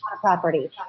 property